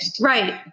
right